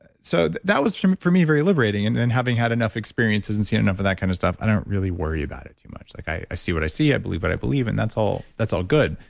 so that was for me very liberating. and then having had enough experiences and seen enough of that kind of stuff. i don't really worry about it too much. like i i see what i see, i believe what i believe, and that's all that's all good,